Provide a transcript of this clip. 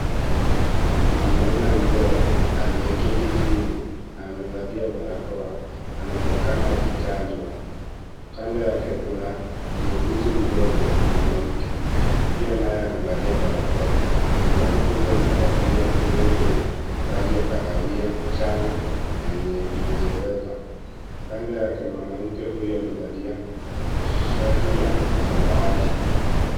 Mwanaume mzee aliyeketi chini amevalia barakoa anaonekana akichanjwa . Kando yake kuna muuguzi mdogo mwanamke . Pia naye amevalia barakoa . Mwanaume huyu amevalia nguo yenye rangi ya kahawia chanya na yenye imezoleka . Kando yake mwanamke huyu amevalia shati ya samawati.